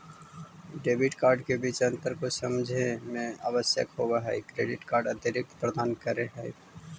Debit card के बीच अंतर को समझे मे आवश्यक होव है क्रेडिट कार्ड अतिरिक्त प्रदान कर है?